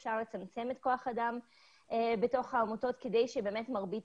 ככל האפשר לצמצם את כוח האדם בתוך העמותות כדי שבאמת מרבית